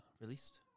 released